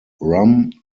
rum